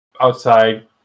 outside